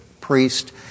priest